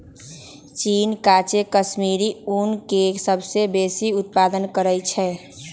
चीन काचे कश्मीरी ऊन के सबसे बेशी उत्पादन करइ छै